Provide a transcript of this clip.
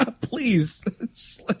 please